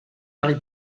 marie